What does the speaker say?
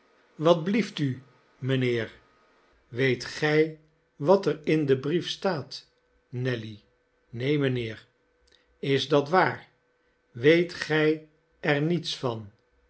wat belieft u mijnheer weet gij wat er in dien brief staat nelly neen mijnheer i is dat waar weet gij er niets van